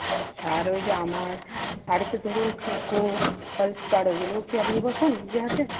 আচ্ছা আর ওই যে আমার শাড়িতে ধরুন পিকো ফলস পাড় ওগুলোও কি আপনি বসান নিজে হাতে